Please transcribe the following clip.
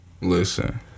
Listen